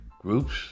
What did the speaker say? groups